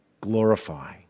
glorify